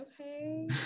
okay